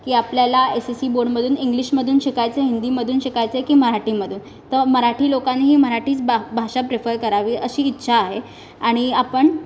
की आपल्याला S S C बोर्डमधून इंग्लिशमधून शिकायचं आहे हिंदीमधून शिकायचं आहे की मराठीमधून तर मराठी लोकानीही मराठीच बा भाषा प्रिफर करावी अशी इच्छा आहे आणि आपण